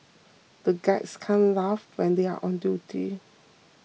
the guards can't laugh when they are on duty